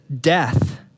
death